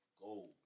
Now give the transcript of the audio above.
Gold